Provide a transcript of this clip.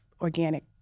organic